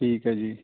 ਠੀਕ ਹੈ ਜੀ